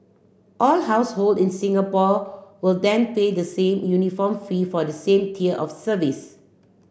all household in Singapore will then pay the same uniform fee for the same tier of service